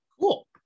cool